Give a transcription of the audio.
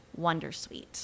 Wondersuite